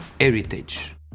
heritage